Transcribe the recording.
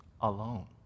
alone